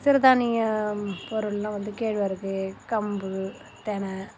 சிறுதானியம் பொருள்லாம் வந்து கேழ்வரகு கம்பு தெனை